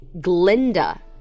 Glinda